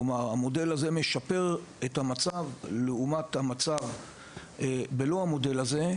המודל הזה משפר את המצב לעומת המצב ללא המודל הזה,